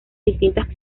distintas